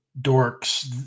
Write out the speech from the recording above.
dorks